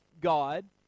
god